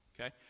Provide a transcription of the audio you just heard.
Okay